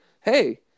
hey